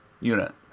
unit